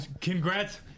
Congrats